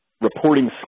reporting